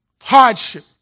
hardship